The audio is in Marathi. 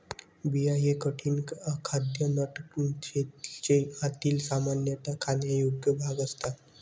बिया हे कठीण, अखाद्य नट शेलचे आतील, सामान्यतः खाण्यायोग्य भाग असतात